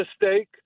mistake